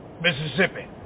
Mississippi